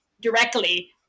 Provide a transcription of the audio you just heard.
directly